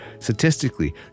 Statistically